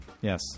Yes